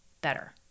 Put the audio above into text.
better